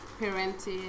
parenting